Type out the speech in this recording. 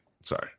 Sorry